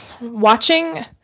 watching